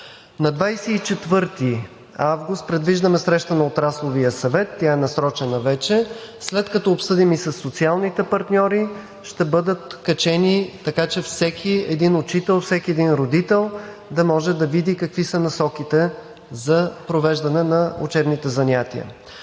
На 24 август предвиждаме среща на Отрасловия съвет, тя е насрочена вече. След като обсъдим и със социалните партньори, ще бъдат качени, така че всеки един учител, всеки един родител да може да види какви са насоките за провеждане на учебните занятия.